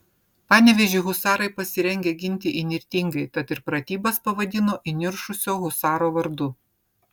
panevėžį husarai pasirengę ginti įnirtingai tad ir pratybas pavadino įniršusio husaro vardu